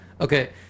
Okay